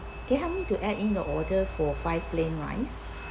can you help me to add in the order for five plain rice